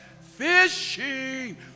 fishing